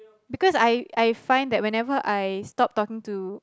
because I I find that whenever I stop talking to